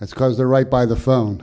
that's because they're right by the phone